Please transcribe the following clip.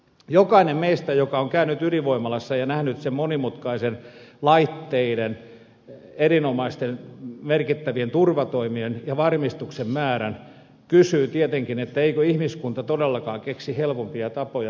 jokainen meistä joka on käynyt ydinvoimalassa ja nähnyt sen monimutkaisten laitteiden erinomaisten merkittävien turvatoimien ja varmistuksen määrän kysyy tietenkin eikö ihmiskunta todellakaan keksi helpompia tapoja tuottaa energiaa